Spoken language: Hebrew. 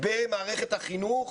במערכת החינוך